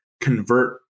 convert